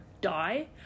die